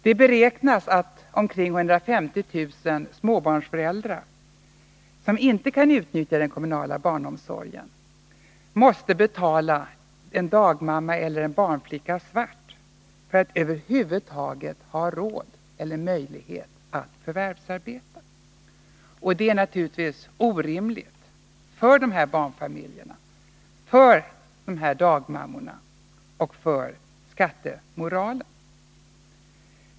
Det beräknas att omkring 150 000 småbarnsföräldrar, som inte kan utnyttja den kommunala barnomsorgen, måste betala en dagmamma eller barnflicka svart för att över huvud taget ha råd eller möjlighet att förvärvsarbeta. Detta är naturligtvis orimligt för de här barnfamiljerna, för dagmammorna och för skattemoralen.